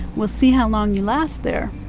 we'll see how long you last there.